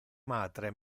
matre